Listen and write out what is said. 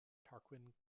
tarquin